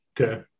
Okay